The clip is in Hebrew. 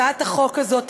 הצעת החוק הזאת,